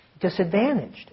disadvantaged